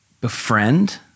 befriend